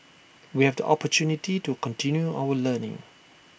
we have the opportunity to continue our learning